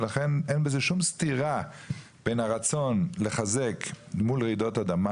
לכן אין בזה שום סתירה בין הרצון לחזק מול רעידות אדמה